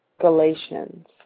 Galatians